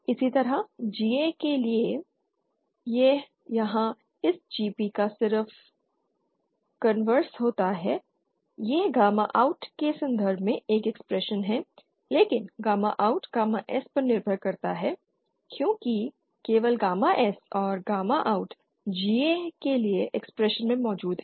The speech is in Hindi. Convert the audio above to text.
इसी तरह GA के लिए है जहां इस GP का सिर्फ कनवेर्स होता है यह गामा OUT के संदर्भ में एक एक्सप्रेशन है लेकिन गामा OUT गामा S पर निर्भर करता है क्योंकि केवल गामा S और गामा OUT GA के लिए एक्सप्रेशन में मौजूद है